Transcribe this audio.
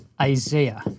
Isaiah